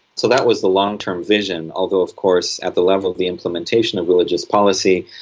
so that was the long-term vision, although of course at the level of the implementation of religious policy,